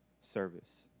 service